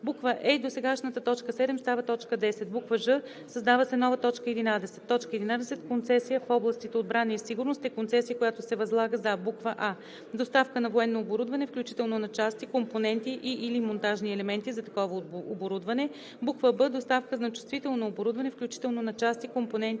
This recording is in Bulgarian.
е) досегашната т. 7 става т. 10; ж) създава се нова т. 11: „11. Концесия в областите отбрана и сигурност е концесия, която се възлага за: а) доставка на военно оборудване, включително на части, компоненти и/или монтажни елементи за такова оборудване; б) доставка на чувствително оборудване, включително на части, компоненти